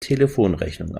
telefonrechnung